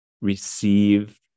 receive